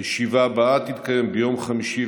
הישיבה הבאה תתקיים ביום חמישי,